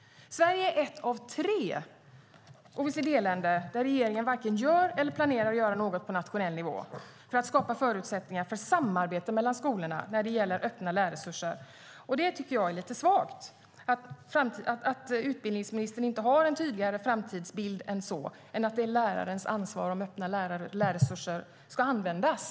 Sverige är ett av tre OECD-länder där regeringen varken gör eller planerar att göra något på nationell nivå för att skapa förutsättningar för samarbete mellan skolorna när det gäller öppna lärresurser. Jag tycker att det är lite svagt att utbildningsministern inte har en tydligare framtidsbild än så, att det är lärarens ansvar om öppna lärresurser ska användas.